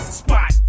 spot